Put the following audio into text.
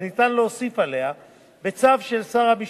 וניתן להוסיף עליה בצו של שר המשפטים,